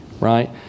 right